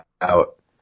out